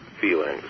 feelings